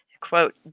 Quote